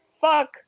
fuck